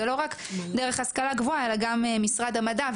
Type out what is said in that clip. לא רק דרך השכלה גבוהה אלא גם משרד המדע.